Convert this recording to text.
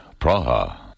Praha